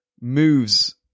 moves